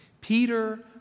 Peter